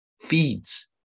feeds